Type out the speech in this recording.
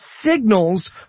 signals